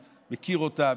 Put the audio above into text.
אני מכיר אותם,